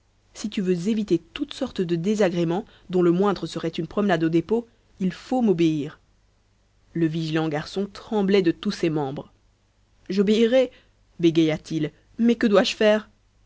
si tu veux éviter toutes sortes de désagréments dont le moindre serait une promenade au dépôt il faut m'obéir le vigilant garçon tremblait de tous ses membres j'obéirai bégaya-t-il mais que dois-je faire